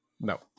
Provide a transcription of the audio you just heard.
no